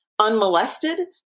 unmolested